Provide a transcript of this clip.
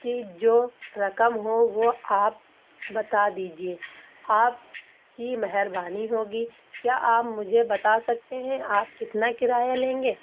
کی جو رقم ہو وہ آپ بتا دیجیے آپ کی مہربانی ہوگی کیا آپ مجھے بتا سکتے ہیں آپ کتنا کرایہ لیں گے